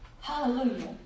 Hallelujah